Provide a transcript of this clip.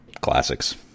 classics